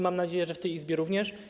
Mam nadzieję, że w tej Izbie również.